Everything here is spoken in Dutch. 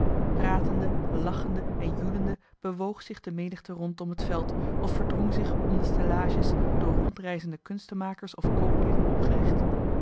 pratende lachende en joelende bewoog zich de menigte rondom het veld of verdrong zich om de stellages door rondreizende kunstenmakers of kooplieden opgericht